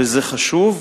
וזה חשוב,